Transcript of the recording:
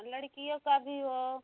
लड़कियों का भी हो